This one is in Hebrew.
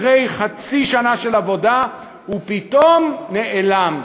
אחרי חצי שנה של עבודה, הוא פתאום נעלם.